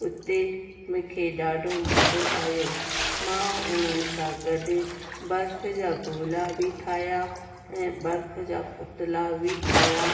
उते मूंखे ॾाढो मज़ो आहियो मां उन्हनि सां गॾु बर्फ़ जा गोला बि ठाहिया ऐं बर्फ़ जा पुतला बि ठाहिया